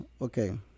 okay